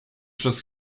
przez